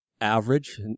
average